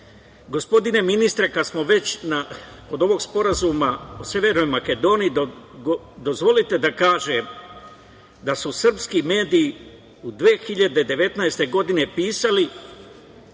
država. Gospodine ministre, kada smo već kod ovog sporazuma o Severnoj Makedoniji, dozvolite da kažem da su srpski mediji u 2019. godini pisali